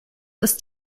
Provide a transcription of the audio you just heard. ist